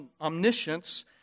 omniscience